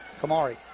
Kamari